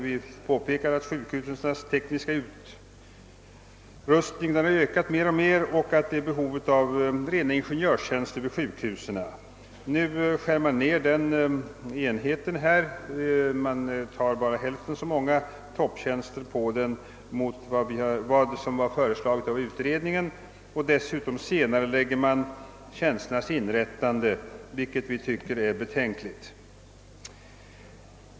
Vi påpekar att sjukhusens tekniska utrustning har ökat alltmer och att det därför föreligger behov av rena ingenjörstjänster vid sjukhusen. I propositionen föreslås bara hälften så många topptjänster som föreslagits av utredningen och dessutom senareläggs tjänsternas inrättande, vilket vi tycker är betänkligt.